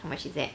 how much is that